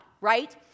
right